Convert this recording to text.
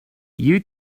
you